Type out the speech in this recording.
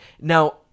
Now